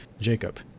Jacob